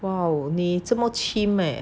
!wow! 你这么 chim leh